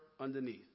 underneath